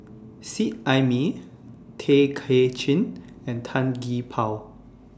Seet Ai Mee Tay Kay Chin and Tan Gee Paw